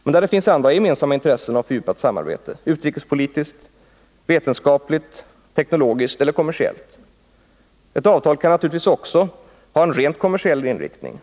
Men man kanske har andra gemensamma intressen av ett fördjupat samarbete — utrikespolitiskt, vetenskapligt, teknologiskt eller kommersiellt. Ett avtal kan naturligtvis också ha en rent kommersiell inriktning.